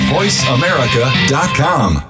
Voiceamerica.com